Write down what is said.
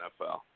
NFL